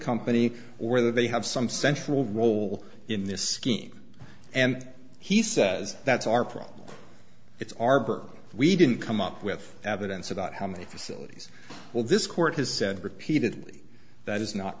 company or they have some central role in this scheme and he says that's our problem it's our burke we didn't come up with evidence about how many facilities will this court has said repeatedly that is not